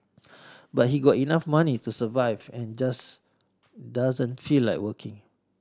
but he got enough money to survive and just doesn't feel like working